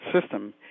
system